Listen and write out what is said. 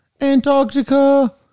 Antarctica